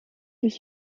nicht